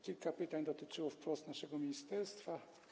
Kilka pytań dotyczyło wprost naszego ministerstwa.